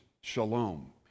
shalom